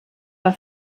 war